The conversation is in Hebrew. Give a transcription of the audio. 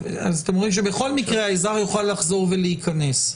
אז אתם רואים שבכל מקרה האזרח יוכל לחזור ולהיכנס.